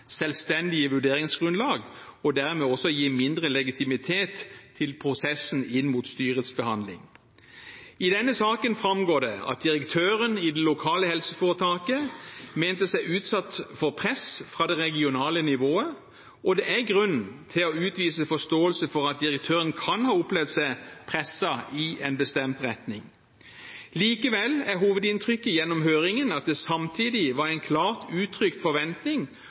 selvstendige vurderingsgrunnlag, og dermed også gi mindre legitimitet til prosessen inn mot styrets behandling. I denne saken framgår det at direktøren i det lokale helseforetaket mente seg utsatt for press fra det regionale nivået, og det er grunn til å utvise forståelse for at direktøren kan ha opplevd seg presset i en bestemt retning. Likevel er hovedinntrykket gjennom høringen at det samtidig var en klart uttrykt forventning